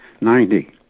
Ninety